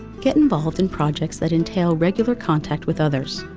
get involved in projects that entail regular contact with others.